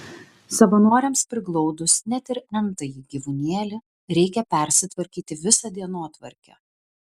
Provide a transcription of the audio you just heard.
savanoriams priglaudus net ir n tąjį gyvūnėlį reikia persitvarkyti visą dienotvarkę